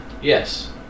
Yes